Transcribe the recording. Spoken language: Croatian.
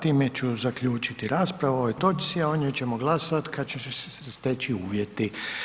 Time ću zaključiti raspravu o ovoj točci, a o njoj ćemo glasovat kad će se steći uvjeti.